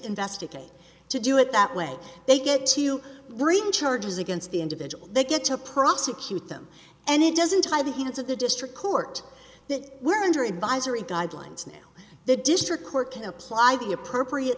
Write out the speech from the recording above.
investigate to do it that way they get to bring charges against the individual they get to prosecute them and it doesn't tie the hands of the district court that were under advisory guidelines now the district court can apply the appropriate